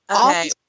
okay